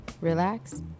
relax